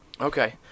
Okay